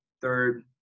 third